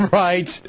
right